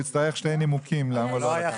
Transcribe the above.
הוא יצטרך שני נימוקים לכך.